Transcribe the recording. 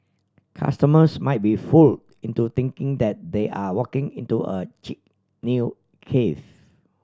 customers might be fool into thinking that they are walking into a chic new cafe